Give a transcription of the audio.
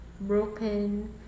broken